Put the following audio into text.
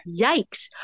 Yikes